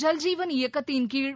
ஜல்ஜீவன் இயக்கத்தின்கீழ்